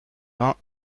vingts